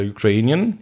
Ukrainian